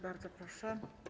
Bardzo proszę.